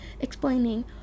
explaining